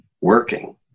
working